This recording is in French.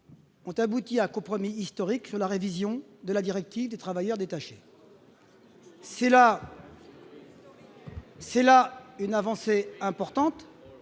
Ont abouti à compromis historique sur la révision de la directive des travailleurs détachés, c'est la. C'est là une avancée importante